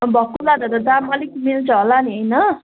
भक्कु लाँदा त दाम अलिक मिल्छ होला नि होइन